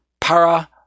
Para